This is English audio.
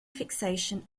fixation